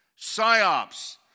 Psyops